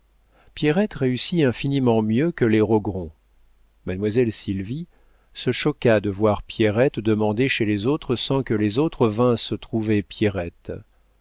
pierrette réussit infiniment mieux que les rogron mademoiselle sylvie se choqua de voir pierrette demandée chez les autres sans que les autres vinssent trouver